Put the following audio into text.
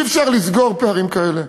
אי-אפשר לסגור פערים כאלה,